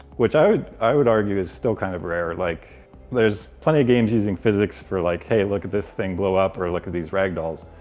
which i would i would argue is still kind of rare. like there's plenty of games using physics for like, hey, look at this thing blow up, or look at these ragdolls.